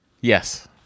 Yes